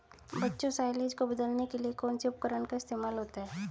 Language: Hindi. बच्चों साइलेज को बदलने के लिए कौन से उपकरण का इस्तेमाल होता है?